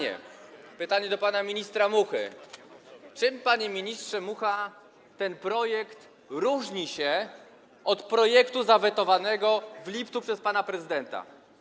I pytanie do pana ministra Muchy: Czym, panie ministrze Mucha, ten projekt różni się od projektu zawetowanego w lipcu przez pana prezydenta?